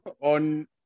on